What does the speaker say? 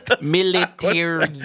Military